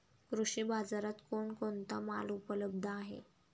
कृषी बाजारात कोण कोणता माल उपलब्ध आहे?